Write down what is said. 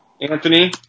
Anthony